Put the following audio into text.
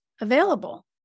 available